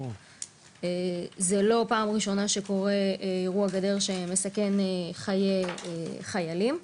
זה לא פעם ראשונה שקורה אירוע גדר שמסכן חיי חיילים.